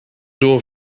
door